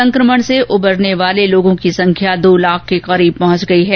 संक्रमण से उबरने वाले लोगों की संख्या दो लाख के करीब पहुंच गई है